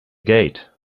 gate